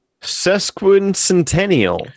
sesquicentennial